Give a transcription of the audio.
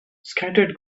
scattered